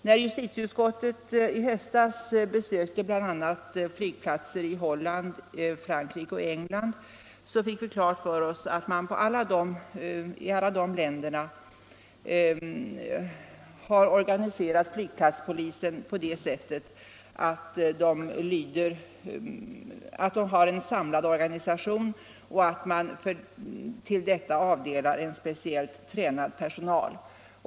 När justitieutskottet i höstas besökte bl.a. flygplatser i Holland, Frankrike och England fick vi klart för oss att man i de länderna har organiserat flygplatspolisen på det sättet att man har en samlad organisation och till denna avdelar speciellt tränad personal.